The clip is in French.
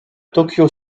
tōkyō